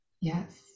yes